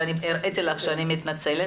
ואני מתנצלת,